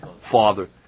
father